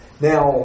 Now